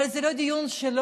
אבל זה לא דיון שלו,